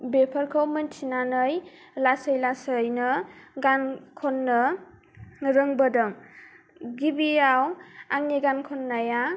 बेफोरखौ मोनथिनानै लासै लासैनो गान खननो रोंबोदों गिबियाव आंनि गान खननाया